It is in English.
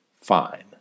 fine